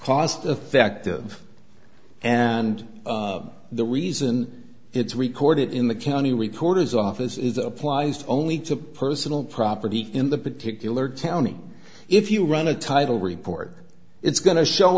cost effective and the reason it's recorded in the county recorder's office is applies only to personal property in the particular county if you run a title report it's going to show